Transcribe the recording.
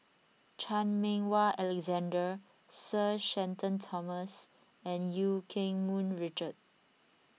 Chan Meng Wah Alexander Sir Shenton Thomas and Eu Keng Mun Richard